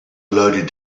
loaded